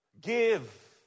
give